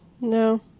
no